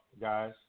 guys